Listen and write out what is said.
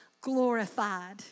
glorified